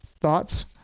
Thoughts